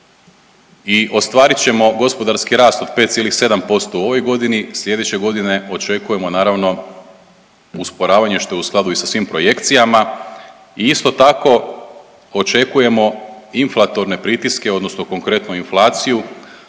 i ostvarit ćemo gospodarski rast od 5,7% u ovoj godini, slijedeće godine očekujemo naravno usporavanje što je u skladu i sa svim projekcijama i isto tako očekujemo inflatorne pritiske odnosno konkretno inflaciju